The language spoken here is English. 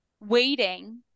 waiting